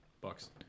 Bucks